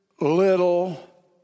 little